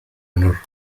honor